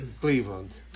Cleveland